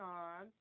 on